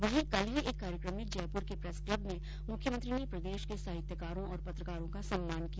वहीं कल ही एक कार्यक्रम में जयपुर के प्रेस क्लब में मुख्यमंत्री ने प्रदेश के साहित्यकारों और पत्रकारों का सम्मान किया